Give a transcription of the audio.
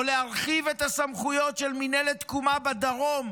להרחיב את הסמכויות של מינהלת תקומה בדרום,